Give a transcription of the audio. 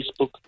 Facebook